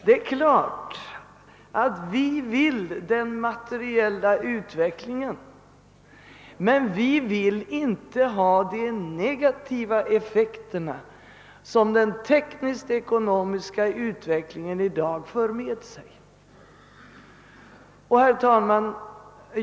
Det är klart att vi önskar en materiell utveckling, men vi vill inte ha de negativa effekter som den teknisk-ekonomiska utvecklingen för med sig.